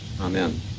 Amen